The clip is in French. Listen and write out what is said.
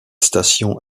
stations